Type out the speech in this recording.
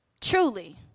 truly